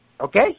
okay